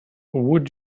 would